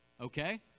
Okay